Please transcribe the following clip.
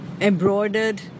embroidered